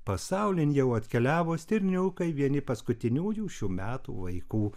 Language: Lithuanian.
pasaulin jau atkeliavo stirniukai vieni paskutiniųjų šių metų vaikų